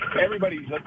Everybody's